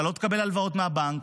אתה לא תקבל הלוואות מהבנק.